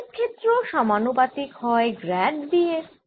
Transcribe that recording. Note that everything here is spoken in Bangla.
তড়িৎ ক্ষেত্র সমানুপাতিক হয় গ্র্যাড V এর